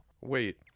Wait